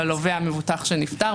של הלווה המבוטח שנפטר,